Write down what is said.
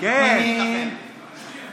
גם היום בשרים.